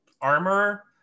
armor